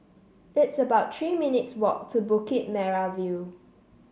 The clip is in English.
it's about Three minutes' walk to Bukit Merah View